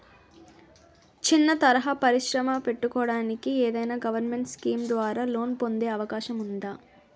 చిన్న తరహా పరిశ్రమ పెట్టుకోటానికి ఏదైనా గవర్నమెంట్ స్కీం ద్వారా లోన్ పొందే అవకాశం ఉందా?